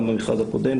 גם במכרז הקודם,